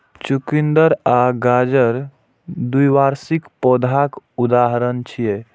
चुकंदर आ गाजर द्विवार्षिक पौधाक उदाहरण छियै